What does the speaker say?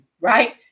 Right